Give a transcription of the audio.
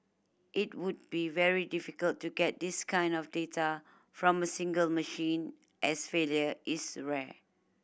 it would be very difficult to get this kind of data from a single machine as failure is rare